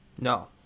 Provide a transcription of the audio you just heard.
No